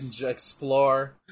Explore